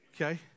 Okay